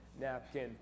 napkin